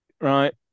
Right